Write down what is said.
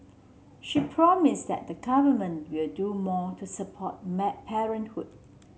she promised that the Government will do more to support parenthood